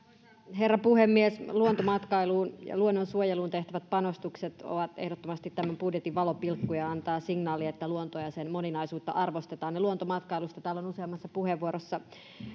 herra puhemies luontomatkailuun ja luonnonsuojeluun tehtävät panostukset ovat ehdottomasti tämän budjetin valopilkkuja ja antavat signaalin että luontoa ja sen moninaisuutta arvostetaan luontomatkailusta täällä on useammassa puheenvuorossa